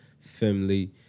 family